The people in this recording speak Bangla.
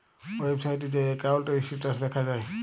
ওয়েবসাইটে যাঁয়ে একাউল্টের ইস্ট্যাটাস দ্যাখা যায়